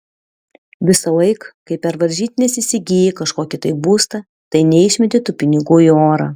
visąlaik kai per varžytines įsigyji kažkokį tai būstą tai neišmeti tų pinigų į orą